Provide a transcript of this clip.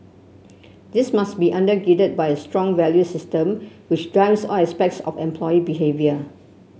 this must be under girded by a strong values system which drives all aspects of employee behaviour